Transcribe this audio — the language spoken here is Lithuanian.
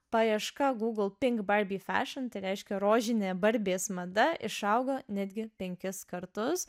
paieška google pink barbie fashion tai reiškia rožinė barbės mada išaugo netgi penkis kartus